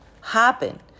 happen